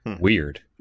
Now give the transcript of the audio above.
Weird